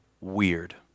weird